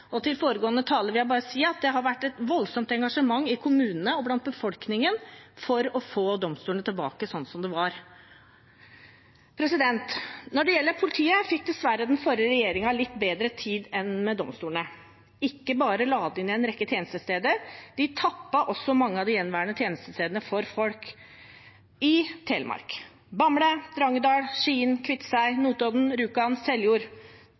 Til foregående taler vil jeg bare si at det har vært et voldsomt engasjement i kommunene og blant befolkningen for å få domstolene tilbake sånn de var. Når det gjelder politiet, fikk den forrige regjeringen dessverre litt bedre tid enn de fikk med domstolene. Ikke bare la de ned en rekke tjenestesteder, de tappet også mange av de gjenværende tjenestestedene i Telemark for folk: Bamble, Drangedal, Skien, Kviteseid, Notodden, Rjukan og Seljord